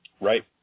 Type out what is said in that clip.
Right